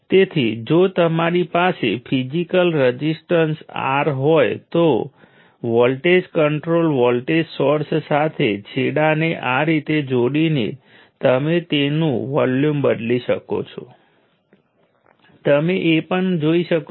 તેથી મૂળભૂત રીતે આપણે એક એક્સપ્રેશન સાથે સમાપ્ત કર્યો છે જે કહે છે કે આપણે N 1 V × I ની પ્રોડક્ટ લેવી પડશે જ્યાં N 1 વોલ્ટેજ એ Nth ટર્મિનલ કહેવા માટેના રેફરન્સમાં વોલ્ટેજ છે કારણ કે મેં આ કિસ્સામાં ટર્મિનલ કરંટ લીધો છે જે દરેક ટર્મિનલમાં જઈ રહ્યો છે